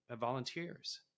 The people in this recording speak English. volunteers